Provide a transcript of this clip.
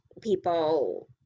people